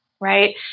right